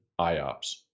IOPS